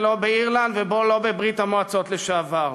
ולא באירלנד ולא בברית-המועצות לשעבר.